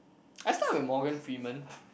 I start with Morgan-Freeman